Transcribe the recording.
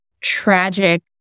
tragic